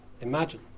imagine